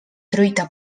truita